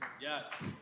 Yes